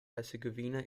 herzegovina